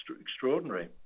extraordinary